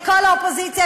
לכל האופוזיציה,